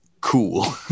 cool